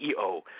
CEO